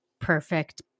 perfect